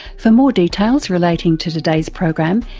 for more details relating to today's program,